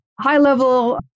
high-level